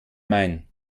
mein